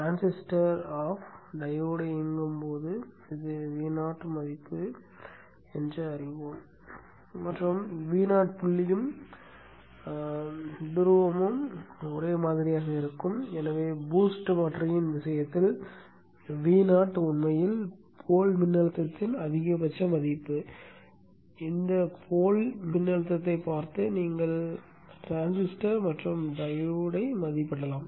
transistor off diode இயங்கும் போது இது Vo மதிப்பு என நாம் அறிவோம் மற்றும் Vo புள்ளியும் துருவமும் மின்னழுத்தத்தைப் பார்த்து நீங்கள் டிரான்சிஸ்டர் மற்றும் டையோடை மதிப்பிடலாம்